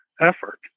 effort